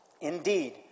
Indeed